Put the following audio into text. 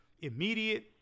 immediate